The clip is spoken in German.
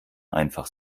einfach